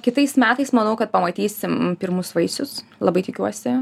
kitais metais manau kad pamatysim pirmus vaisius labai tikiuosi